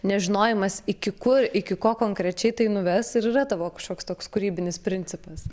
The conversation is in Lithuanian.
nežinojimas iki kur iki ko konkrečiai tai nuves ir yra tavo kažkoks toks kūrybinis principas